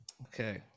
Okay